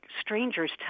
strangers